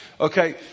Okay